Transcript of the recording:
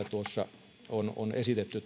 tuossa on on esitetty